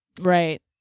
right